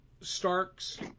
Starks